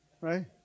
right